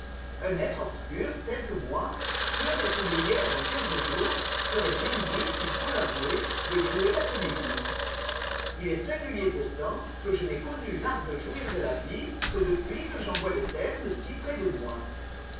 un être obscur tel que moi sûr d'être oublié avant quinze jours serait bien dupe il faut l'avouer de jouer la comédie il est singulier pourtant que je n'aie connu l'art de jouir de la vie que depuis que j'en vois le terme si près de moi